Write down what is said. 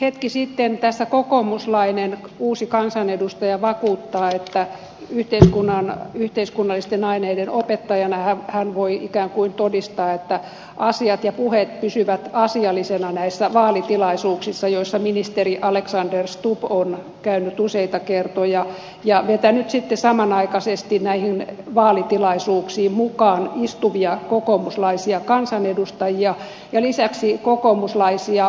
hetki sitten tässä kokoomuslainen uusi kansanedustaja vakuutti että yhteiskunnallisten aineiden opettajana hän voi ikään kuin todistaa että asiat ja puheet pysyvät asiallisina näissä vaalitilaisuuksissa joissa ministeri alexander stubb on käynyt useita kertoja ja vetänyt sitten samanaikaisesti vaalitilaisuuksiin mukaan istuvia kokoomuslaisia kansanedustajia ja lisäksi kokoomuslaisia paikallispoliitikkoja